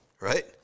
right